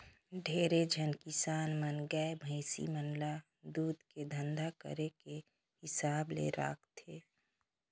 ढेरे झन किसान मन गाय, भइसी मन ल दूद के धंधा करे के हिसाब ले राखथे